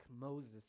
Moses